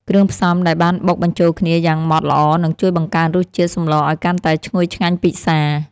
គ្រឿងផ្សំដែលបានបុកបញ្ចូលគ្នាយ៉ាងម៉ត់ល្អនឹងជួយបង្កើនរសជាតិសម្លឱ្យកាន់តែឈ្ងុយឆ្ងាញ់ពិសា។